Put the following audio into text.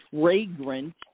fragrant